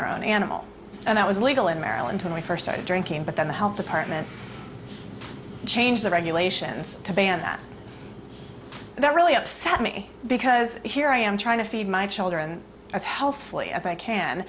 their own animal and that was legal in maryland when we first started drinking but then the health department changed the regulations to ban that that really upset me because here i am trying to feed my children